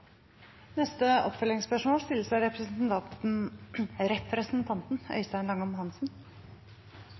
neste hovedspørsmål, som stilles av representanten